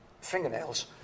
fingernails